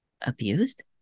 abused